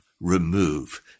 remove